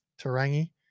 Tarangi